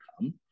come